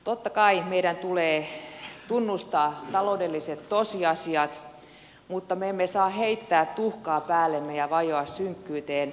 totta kai meidän tulee tunnustaa taloudelliset tosiasiat mutta me emme saa heittää tuhkaa päällemme ja vajota synkkyyteen